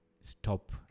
stop